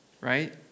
Right